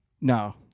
No